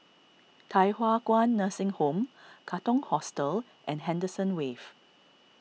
Thye Hua Kwan Nursing Home Katong Hostel and Henderson Wave